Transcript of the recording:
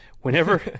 Whenever